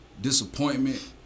disappointment